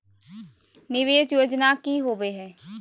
निवेस योजना की होवे है?